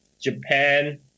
Japan